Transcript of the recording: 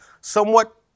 somewhat